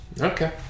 okay